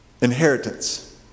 inheritance